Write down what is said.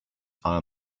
are